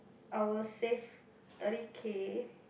I will save thirty K